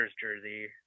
jersey